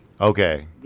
Okay